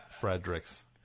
Fredericks